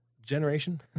generation